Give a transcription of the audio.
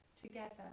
together